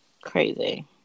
crazy